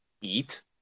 eat